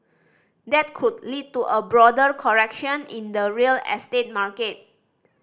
that could lead to a broader correction in the real estate market